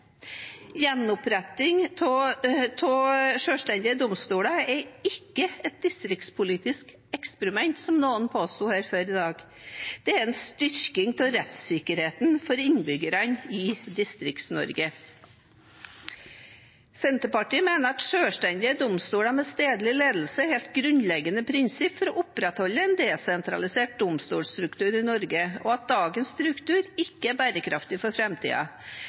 Gjenoppretting av selvstendige domstoler er ikke et distriktspolitisk eksperiment, som noen påsto her før i dag. Det er en styrking av rettssikkerheten for innbyggerne i Distrikts-Norge. Senterpartiet mener at selvstendige domstoler med stedlig ledelse er et helt grunnleggende prinsipp for å opprettholde en desentralisert domstolstruktur i Norge, og at dagens struktur ikke er bærekraftig for